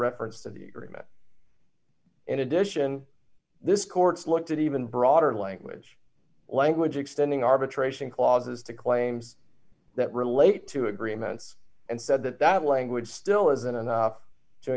reference to the agreement in addition this court's looked at even broader language language extending arbitration clauses to claims that relate to agreements and said that that language still isn't enough to